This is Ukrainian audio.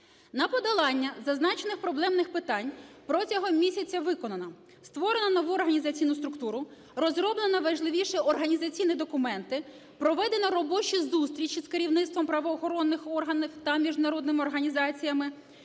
На подолання зазначених проблемних питань протягом місяця виконано: створено нову організаційну структуру, розроблено важливіші організаційні документи, проведені робочі зустрічі з керівництвом правоохоронних органів та міжнародними організаціями,